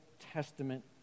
Testament